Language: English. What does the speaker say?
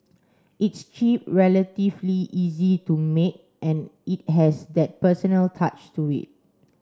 it's cheap relatively easy to make and it has that personal touch to it